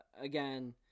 again